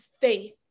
faith